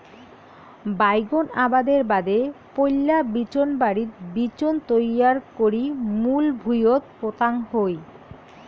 বাইগোন আবাদের বাদে পৈলা বিচোনবাড়িত বিচোন তৈয়ার করি মূল ভুঁইয়ত পোতাং হই